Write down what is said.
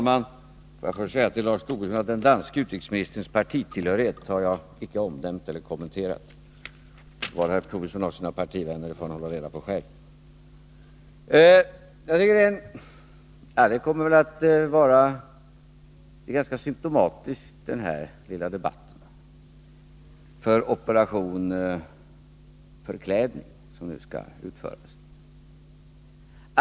Fru talman! Får jag först till Lars Tobisson säga att den danske utrikesministerns partitillhörighet har jag inte omnämnt eller kommenterat. Var Lars Tobisson har sina partivänner får han hålla reda på själv. Den här lilla debatten kommer väl att framstå som symtomatisk för den ”operation förklädning” som nu skall utföras.